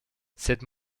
cette